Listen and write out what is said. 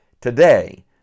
Today